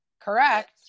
Correct